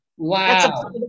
Wow